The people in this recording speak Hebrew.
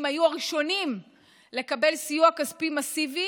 היו הראשונים לקבל סיוע כספי מסיבי